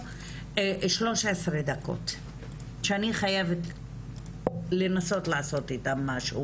לי חשוב לדבר על הרצף, כי שאלתם שאלות על הרצף.